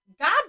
God